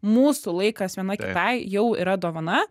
mūsų laikas viena kitai jau yra dovana